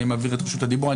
אני מעביר את רשות הדיבור.